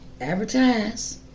Advertise